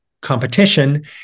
competition